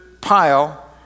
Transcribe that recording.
pile